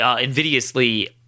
invidiously